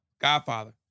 Godfather